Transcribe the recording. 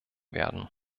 werden